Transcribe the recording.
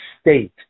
state